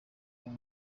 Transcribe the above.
muri